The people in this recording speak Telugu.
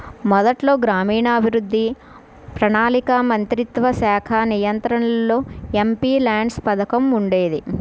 మొదట్లో గ్రామీణాభివృద్ధి, ప్రణాళికా మంత్రిత్వశాఖ నియంత్రణలో ఎంపీల్యాడ్స్ పథకం ఉండేది